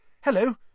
Hello